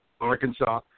Arkansas